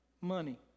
money